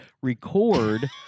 record